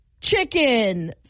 chicken